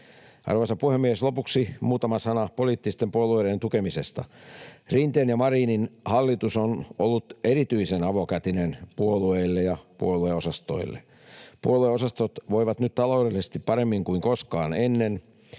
Arvoisa puhemies! Lopuksi muutama sana poliittisten puolueiden tukemisesta. Rinteen ja Marinin hallitus on ollut erityisen avokätinen puolueille ja puolueosastoille. Puolueosastot voivat nyt taloudellisesti paremmin kuin koskaan ennen,